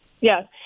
yes